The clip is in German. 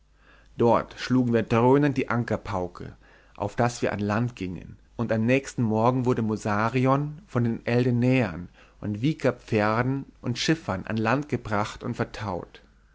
dort schlugen wir dröhnend die ankerpauke auf daß wir an land gingen und am nächsten morgen wurde musarion von den eldenaer und wieker pferden und schiffern an land gebracht und vertaut